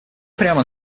прямо